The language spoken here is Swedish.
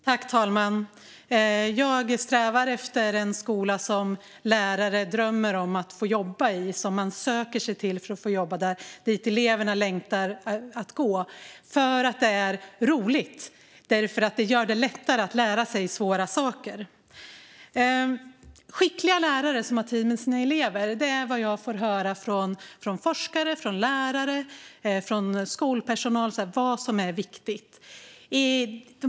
Fru talman! Jag strävar efter en skola som lärare drömmer om att få jobba i, en skola som de söker sig till för att få jobba i, och som eleverna längtar efter att få gå i för att det är roligt. Det gör det lättare att lära sig svåra saker. Skickliga lärare som har tid med sina elever, det är vad jag får höra från forskare, från lärare och från skolpersonal är det som är viktigt.